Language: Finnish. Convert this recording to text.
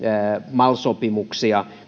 mal sopimuksia